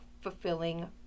fulfilling